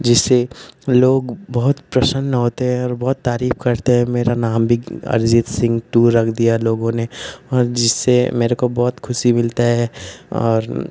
जिससे लोग बहुत प्रसन्न होते हैं और बहुत तारीफ करते हैं मेरा नाम भी अरिजीत सिंह टू रख दिया लोगों ने और जिससे मेरे को बहुत खुशी मिलता है और